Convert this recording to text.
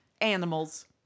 Animals